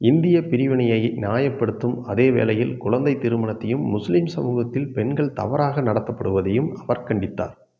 இந்திய பிரிவினையை நியாயப்படுத்தும் அதே வேளையில் குழந்தைத் திருமணத்தையும் முஸ்லீம் சமூகத்தில் பெண்கள் தவறாக நடத்தப்படுவதையும் அவர் கண்டித்தார்